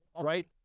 right